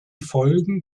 folgen